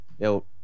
Yo